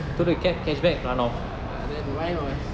err then mine was